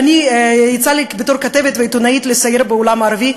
כשיצא לי בתור כתבת ועיתונאית לסייר בעולם הערבי,